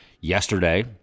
yesterday